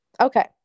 okay